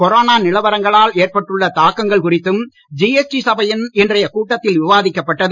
corona நிலவரங்களால் ஏற்பட்டுள்ள தாக்கங்கள் குறித்தும் ஜிஎஸ்டி சபையின் இன்றைய கூட்டத்தில் விவாதிக்கப் பட்டது